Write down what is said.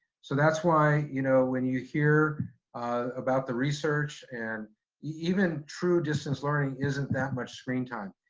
so that's why, you know, when you hear about the research and even true distance learning isn't that much screen time.